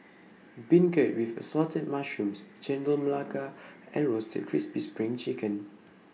Beancurd with Assorted Mushrooms Chendol Melaka and Roasted Crispy SPRING Chicken